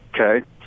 okay